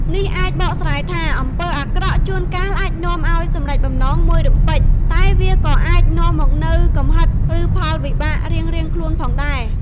នេះអាចបកស្រាយថា អំពើអាក្រក់ជួនកាលអាចនាំឲ្យសម្រេចបំណងមួយរំពេច តែវាក៏អាចនាំមកនូវកំហិត ឬផលវិបាករៀងៗខ្លួនផងដែរ។